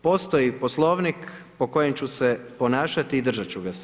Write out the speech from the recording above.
Postoji Poslovnik po kojem ću se ponašati i držat ću ga se.